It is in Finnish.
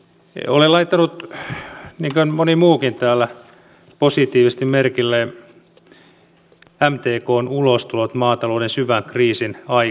olen laittanut niin kuin moni muukin täällä positiivisesti merkille mtkn ulostulot maatalouden syvän kriisin aikana